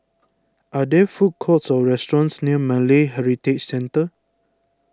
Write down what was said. are there food courts or restaurants near Malay Heritage Centre